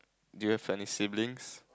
do you have any siblings